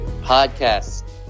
podcast